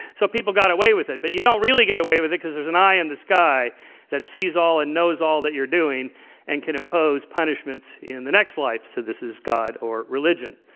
so, people got away with it. but you don't really get away with it, because there's an eye in the sky that sees and knows all that you're doing and can impose punishments in the next life. so, this is god or religion.